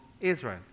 Israel